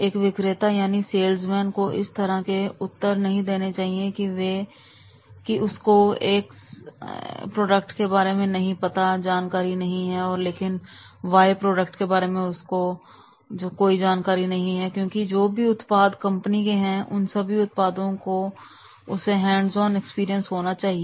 एक विक्रेता यानी सेल्समैन को इस तरह के उत्तर नहीं देना चाहिए कि उसको एक्स प्रोडक्ट के बारे में जानकारी है लेकिन बाय प्रोडक्ट के बारे में उसको कोई जानकारी नहीं है क्योंकि जो भी उत्पाद कंपनी के हैं उन सभी उत्पादों का उसे हैंड्स ऑन एक्सपीरियंस होना चाहिए